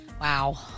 Wow